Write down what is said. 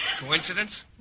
Coincidence